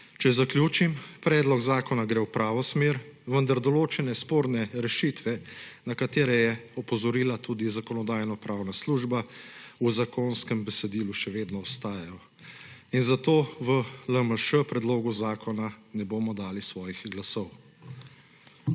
Če zaključim, predlog zakona gre v pravo smer, vendar določene sporne rešitve, na katere je opozorila tudi Zakonodajno-pravna služba, v zakonskem besedilu še vedno ostajajo. In zato v LMŠ predlogu zakona ne bomo dali svojih glasov.